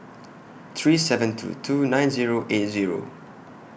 three seven two two nine Zero eight Zero